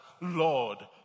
Lord